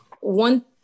one